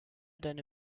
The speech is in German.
deine